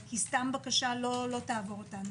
כי סתם בקשה לא תעבור אותנו.